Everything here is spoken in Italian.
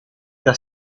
era